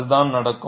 அதுதான் நடக்கும்